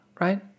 right